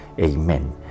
Amen